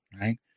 right